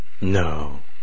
No